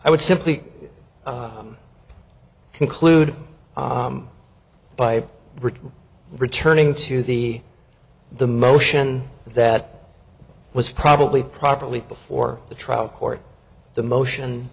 i would simply conclude by returning to the the motion that was probably properly before the trial court the motion